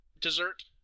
dessert